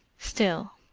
still,